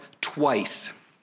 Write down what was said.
twice